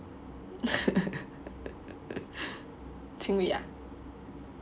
清理 ah